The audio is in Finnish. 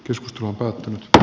joskus tuokaa tyttö